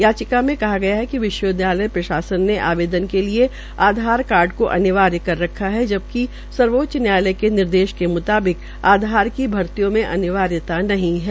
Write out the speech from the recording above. याचिका में कहा गया कि विश्वविदयाय प्रशासन ने आवेदन के लिए आधार कार्ड को अनिवार्य कर रखा है जबकि सर्वोच्च न्यायालय के निर्देश के मुताबिक आधार की भर्तियों में अनिवार्यता नहीं है